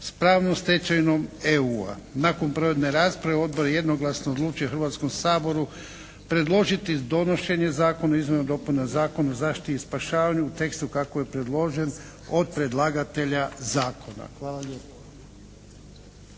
s pravnom stečevinom EU-a. Nakon provedene rasprave Odbor je jednoglasno odlučio Hrvatskom saboru predložiti donošenje Zakona o izmjenama i dopunama Zakona o zaštiti i spašavanju u tekstu kako je predložen od predlagatelja zakona. Hvala lijepo.